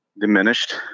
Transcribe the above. diminished